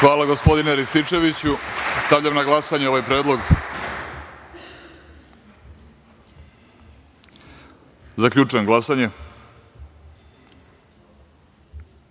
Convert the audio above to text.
Hvala, gospodine Rističeviću. Stavljam na glasanje ovaj predlog. Zaključujem glasanje: